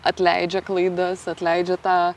atleidžia klaidas atleidžia tą